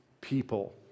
people